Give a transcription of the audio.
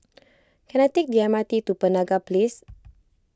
can I take the M R T to Penaga Place